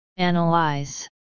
analyze